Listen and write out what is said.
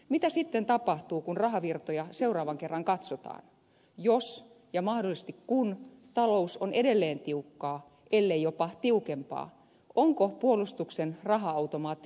mitä sitten tapahtuu kun rahavirtoja seuraavan kerran katsotaan jos ja mahdollisesti kun talous on edelleen tiukkaa ellei jopa tiukempaa onko puolustuksen raha automaatti suljettava